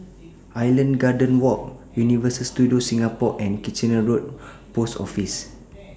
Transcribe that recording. Island Gardens Walk Universal Studios Singapore and Kitchener Road Post Office